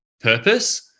purpose